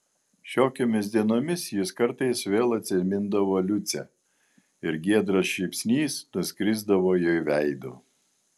šiokiomis dienomis jis kartais vėl atsimindavo liucę ir giedras šypsnys nuskrisdavo jo veidu